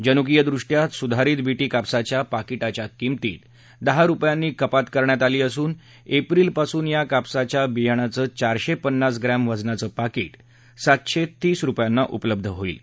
जनुकीयदृष्ट्या सुधारित बीटी कापसाच्या पाकिटाच्या किमतीत दहा रुपयांनी कपात करण्यात आली असून एप्रिलपासून या कापसाच्या बियाणाचं चारशे पन्नास ग्रॅम वजनाचं पाकीट सातशे तीस रुपयांना उपलब्ध होईल